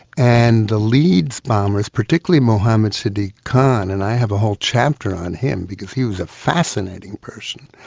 and the leeds bombers, particularly mohammad sidique khan, and i have a whole chapter on him because he was a fascinating person,